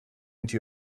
into